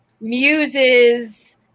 muses